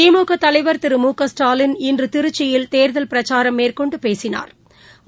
திமுகதலைவா் திரு மு க ஸ்டாவின் இன்றுதிருச்சியில் தோதல் பிரச்சாரம் மேற்கொண்டுபேசினாா்